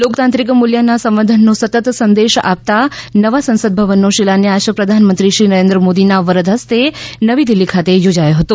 લોકતાંત્રિક મૂલ્યોના સંવર્ધનનો સતત સંદેશ આપતાં નવા સંસદ ભવનનો શિલાન્યાસ પ્રધાનમંત્રીશ્રી નરેન્દ્ર મોદીના વરદ હસ્તે નવી દિલ્હી ખાતે યોજાયો હતો